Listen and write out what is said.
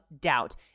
doubt